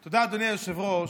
תודה, אדוני היושב-ראש.